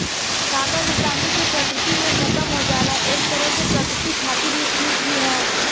कागज आसानी से प्रकृति में खतम हो जाला एक तरे से प्रकृति खातिर इ ठीक भी हौ